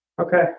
Okay